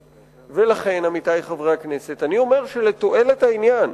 ולכן, עמיתי חברי הכנסת, לתועלת העניין